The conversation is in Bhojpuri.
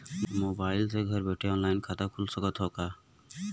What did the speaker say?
मोबाइल से घर बैठे ऑनलाइन खाता खुल सकत हव का?